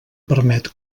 permet